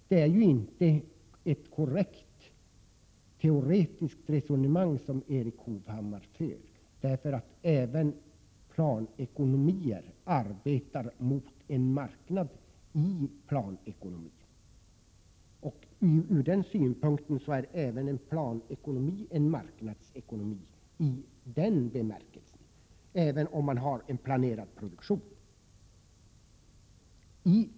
Men teoretiskt är det inte korrekt att resonera som Erik Hovhammar gör. Även planekonomier arbetar ju mot en marknad i planekonomin. Ur den synpunkten är även planekonomin en marknadsekonomi, även om man har en planerad produktion.